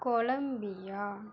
Colombia